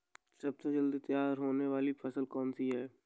सबसे जल्दी तैयार होने वाली फसल कौन सी है?